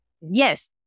yes